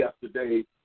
yesterday